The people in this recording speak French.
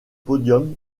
podiums